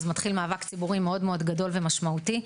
מתחיל מאבק ציבורי מאוד מאוד גדול ומשמעותי.